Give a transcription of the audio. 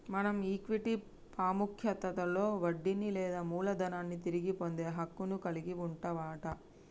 మనం ఈక్విటీ పాముఖ్యతలో వడ్డీని లేదా మూలదనాన్ని తిరిగి పొందే హక్కును కలిగి వుంటవట